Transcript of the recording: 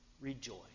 rejoice